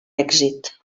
èxit